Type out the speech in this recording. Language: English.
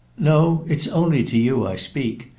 no it's only to you i speak.